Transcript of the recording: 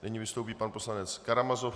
Nyní vystoupí pan poslanec Karamazov.